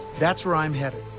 that's where i'm headed.